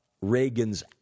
Reagan's